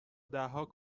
دهها